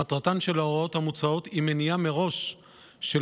מטרתן של ההוראות המוצעות היא מניעה מראש של